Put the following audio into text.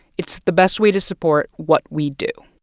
it's the best way to support what we do